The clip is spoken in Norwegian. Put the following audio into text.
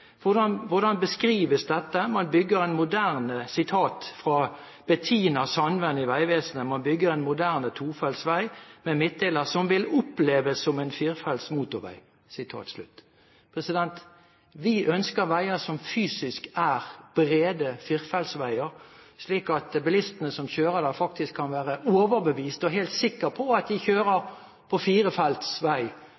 Hvordan beskrives dette? Ifølge Bettina Sandvin i Vegvesenet handler det om å bygge en moderne tofelts vei, med midtdeler, som vil oppleves som en firefelts motorvei. Vi ønsker veier som fysisk er brede, firefelts veier, slik at bilistene som kjører der, faktisk kan være overbevist om og helt sikre på at de kjører